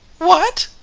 what?